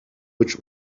which